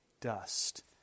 dust